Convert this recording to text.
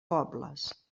pobles